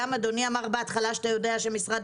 גם אדוני אמר בהתחלה שהוא יודע שמשרד